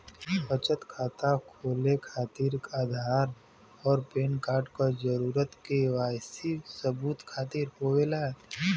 बचत खाता खोले खातिर आधार और पैनकार्ड क जरूरत के वाइ सी सबूत खातिर होवेला